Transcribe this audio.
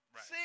See